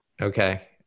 Okay